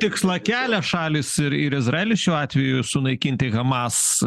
tikslą kelia šalys ir ir izraelis šiuo atveju sunaikinti hamas